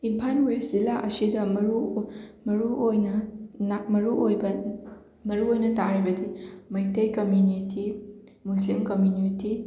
Imphal west ꯖꯤꯂꯥ ꯑꯁꯤꯗ ꯃꯔꯨ ꯑꯣꯏ ꯃꯔꯨꯑꯣꯏꯅ ꯅꯥ ꯃꯔꯨꯑꯣꯏꯕ ꯃꯔꯨꯑꯣꯏꯅ ꯇꯥꯔꯤꯕꯗꯤ ꯃꯩꯇꯩ ꯀꯝꯃ꯭ꯌꯨꯅꯤꯇꯤ ꯃꯨꯁꯂꯤꯝ ꯀꯃ꯭ꯌꯨꯅꯤꯇꯤ